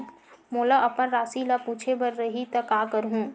मोला अपन राशि ल पूछे बर रही त का करहूं?